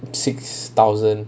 six thousand